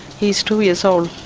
he is two years old.